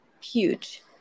huge